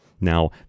Now